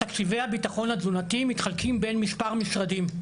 תקציבי הביטחון התזונתי מתחלקים בין מספר משרדים.